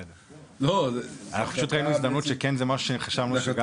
אנחנו פשוט ראינו הזדמנות שכן זה משהו שחשבנו שגם